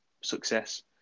success